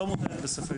לא מוטלת בספק.